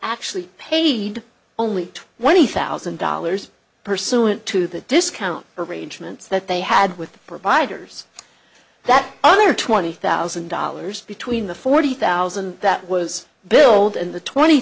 actually paid only twenty thousand dollars pursuant to the discount arrangements that they had with the providers that other twenty thousand dollars between the forty thousand that was billed and the twenty